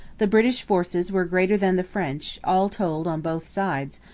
the british forces were greater than the french, all told on both sides,